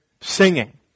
singing